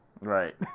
Right